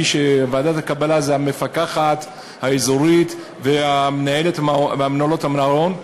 מי שבוועדת הקבלה אלה המפקחת האזורית ומנהלות המעון,